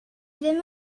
ddim